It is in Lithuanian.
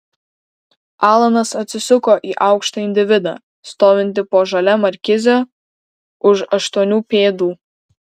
alanas atsisuko į aukštą individą stovintį po žalia markize už aštuonių pėdų